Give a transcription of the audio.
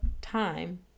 time